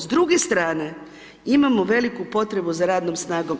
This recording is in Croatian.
S druge strane imamo veliku potrebu za radnom snagom.